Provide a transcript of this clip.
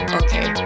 okay